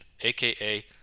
aka